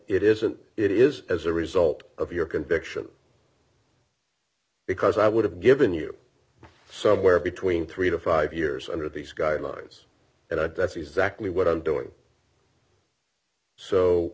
it isn't it is as a result of your conviction because i would have given you somewhere between three to five years under these guidelines and i'd that's exactly what i'm doing so